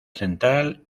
central